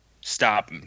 stop